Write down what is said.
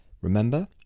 Remember